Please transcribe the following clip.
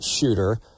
shooter